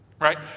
Right